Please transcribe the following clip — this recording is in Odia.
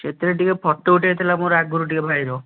ସେଥିରେ ଟିକେ ଫଟୋ ଉଠେଇବାର ଥିଲା ମୋର ଆଗରୁ ଟିକେ ଭାଇର